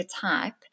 type